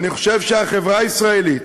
אני חושב שהחברה הישראלית